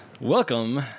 welcome